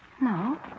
No